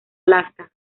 alaska